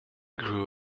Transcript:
grew